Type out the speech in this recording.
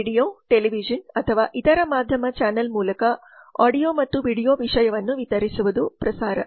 radio television ಅಥವಾ ಇತರ ಮಾಧ್ಯಮ ಚಾನೆಲ್ ಮೂಲಕ ಆಡಿಯೋ ಮತ್ತು ವಿಡಿಯೋ ವಿಷಯವನ್ನು ವಿತರಿಸುವುದು ಪ್ರಸಾರ